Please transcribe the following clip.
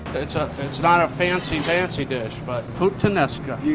it's ah it's not a fancy fancy dish. but puttanesca.